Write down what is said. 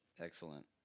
Excellent